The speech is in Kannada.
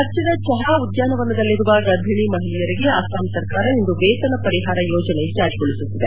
ರಾಜ್ಯದ ಚಹಾ ಉದ್ಯಾನವನದಲ್ಲಿ ಕೆಲಸ ಮಾಡುವ ಗರ್ಭಿಣಿ ಮಹಿಳೆಯರಿಗೆ ಅಸ್ಸಾಂ ಸರ್ಕಾರ ಇಂದು ವೇತನ ಪರಿಹಾರ ಯೋಜನೆ ಜಾರಿಗೊಳಿಸುತ್ತಿದೆ